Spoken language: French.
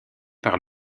par